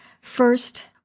First